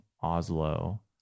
Oslo